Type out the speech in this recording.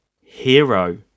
Hero